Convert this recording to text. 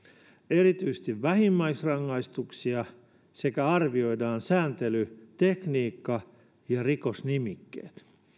erityisesti vähimmäisrangaistuksia sekä arvioidaan sääntelytekniikka ja rikosnimikkeet